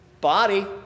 body